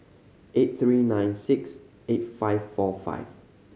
eight three nine six eight five four five